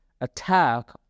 attack